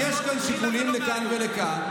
אז יש כאן שיקולים לכאן ולכאן.